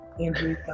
Andrew